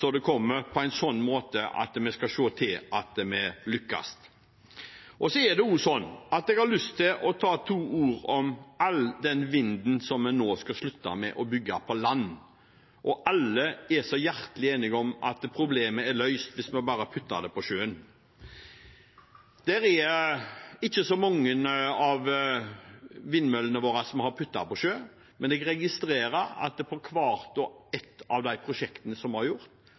som det kommer, på en sånn måte at vi skal se til at vi lykkes. Så har jeg lyst til å ta to ord om all den vinden vi nå skal slutte å bygge ut på land. Alle er hjertens enige om at problemet er løst hvis vi bare plasserer vindmøllene på sjøen. Det er ikke så mange av vindmøllene våre som er plassert på sjøen, men jeg registrerer at det i hvert og ett av de prosjektene som er gjort, har